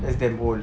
that's damn old